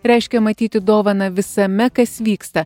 reiškia matyti dovaną visame kas vyksta